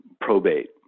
probate